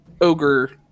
ogre